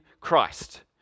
Christ